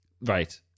Right